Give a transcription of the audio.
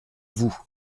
vous